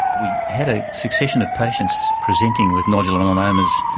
we had a succession of patients presenting with nodular melanomas,